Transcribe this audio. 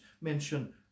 mention